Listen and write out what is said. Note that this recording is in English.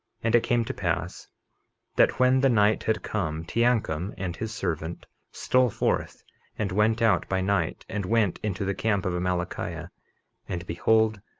and it came to pass that when the night had come, teancum and his servant stole forth and went out by night, and went into the camp of amalickiah and behold,